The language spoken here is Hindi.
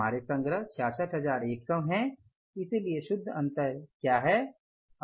हमारे संग्रह 66100 हैं इसलिए शुद्ध अंतर क्या है